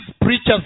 preachers